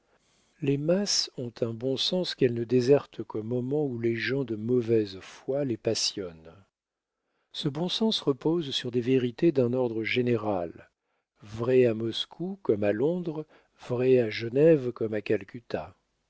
les masses ont un bon sens qu'elles ne désertent qu'au moment où les gens de mauvaise foi les passionnent ce bon sens repose sur des vérités d'un ordre général vraies à moscou comme à londres vraies à genève comme à calcutta